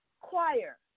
choir